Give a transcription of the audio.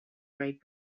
great